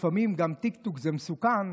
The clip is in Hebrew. לפעמים גם טיקטוק זה מסוכן,